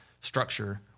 structure